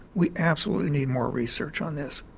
we absolutely need more research on this.